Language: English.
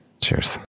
Cheers